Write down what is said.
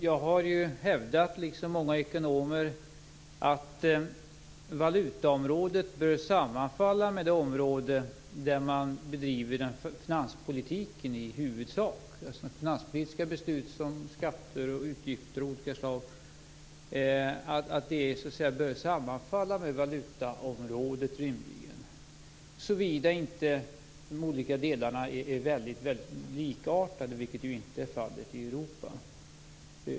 Jag har hävdat, liksom många ekonomer, att valutaområdet bör sammanfalla med det område där finanspolitiken i huvudsak bedrivs. Det område där finanspolitiska beslut fattas, om skatter och utgifter av olika slag, bör rimligen sammanfalla med valutaområdet - såvida inte de olika delarna är väldigt likartade, vilket inte är fallet i Europa.